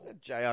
JR